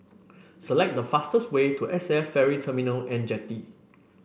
select the fastest way to S A F Ferry Terminal and Jetty